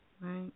Right